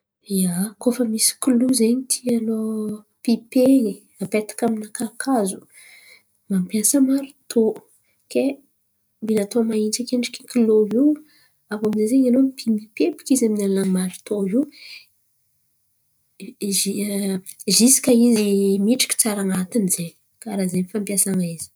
Ia, koa fa misy kilô zen̈y tianô pipen̈y apetaka amin’ny kakazo mampiasa maritô. Ke mila atô mahitsy akendriky zen̈y kilô io aviô amzay mipepiky izy amin’ny alalan’ny maritô io zisika izy midriky tsara an̈atiny zen̈y.